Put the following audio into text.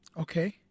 Okay